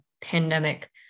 pandemic